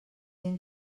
gent